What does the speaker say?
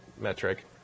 metric